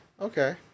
Okay